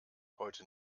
heute